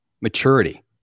maturity